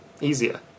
easier